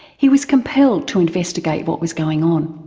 he was compelled to investigate what was going on.